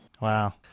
wow